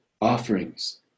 offerings